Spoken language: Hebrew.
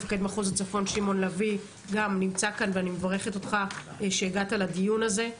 מפקד מחוז צפון שמעון לביא נמצא כאן ואני מברכת אותו שהגיע לדיון הזה.